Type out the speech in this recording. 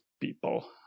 people